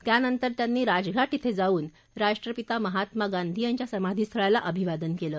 त्यानंतर त्यांनी राजघा ध्व जाऊन राष्ट्रपिता महात्मा गांधी यांच्या समाधीस्थळाला अभिवादन केलं